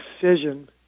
decision